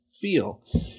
feel